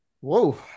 Whoa